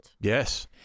Yes